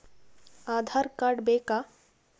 Aadhaar card ಬೇಕಾ?